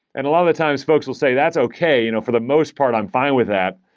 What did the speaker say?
and a lot of the times folks will say, that's okay. you know for the most part, i'm fine with that.